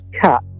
cut